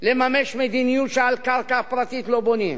לממש מדיניות שעל קרקע פרטית לא בונים.